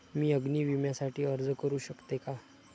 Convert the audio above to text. मी अग्नी विम्यासाठी अर्ज करू शकते का?